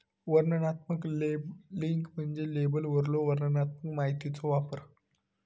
वर्णनात्मक लेबलिंग म्हणजे लेबलवरलो वर्णनात्मक माहितीचो वापर